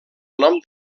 nom